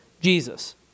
Jesus